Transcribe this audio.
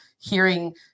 hearing